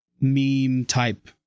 meme-type